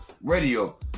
radio